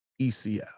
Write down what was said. ECF